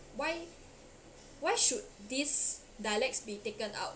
why why should these dialects be taken out